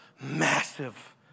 massive